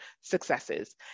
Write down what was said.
successes